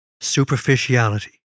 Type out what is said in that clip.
superficiality